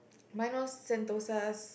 mine was Sentosa's